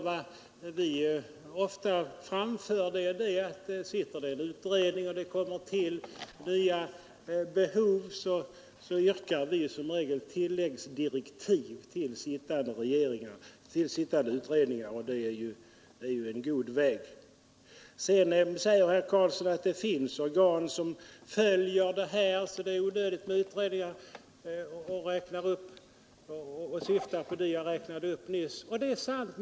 Vad vi ofta framför är att om det sitter en utredning och det kommer till nya behov så yrkar vi som regel tilläggsdirektiv till sittande utredning och det är ju en god väg. Sedan säger herr Karlsson i Huskvarna att det finns organ som följer denna fråga så det är onödigt med utredningar, och han syftar då på dem jag räknade upp nyss. Det är sant.